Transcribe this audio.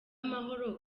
amahoro